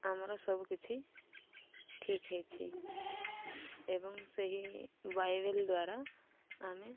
ଆମର ସବୁକିଛି ଠିକ ହେଇଛି ଏବଂ ସେହି ବାଇବେଲ ଦ୍ୱାରା ଆମେ